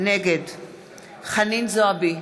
נגד חנין זועבי,